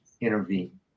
intervene